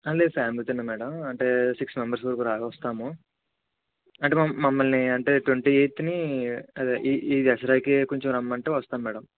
లేదు ఫ్యామిలీ తోనే మ్యాడం అంటే ఒక సిక్స్ మెంబర్స్ వరకు అలాగా వస్తాము అంటే మమ్మల్ మమ్మల్ని ట్వంటీ ఎయిత్ ని అదే ఈ ఈ దసరాకి కొంచెం రమ్మంటే వస్తాం మ్యాడం